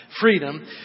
freedom